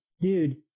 dude